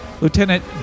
Lieutenant